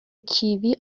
کیوی